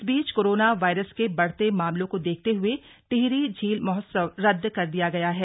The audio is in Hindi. इस बीच कोरोना वायरस के बढ़ते मामलों को देखते हये टिहरी झील महोत्सव रद्द कर दिया गया है